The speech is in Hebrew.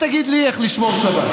אל תגיד לי איך לשמור שבת,